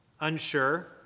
unsure